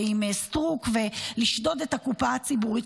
עם סטרוק ועם שדידת הקופה הציבורית.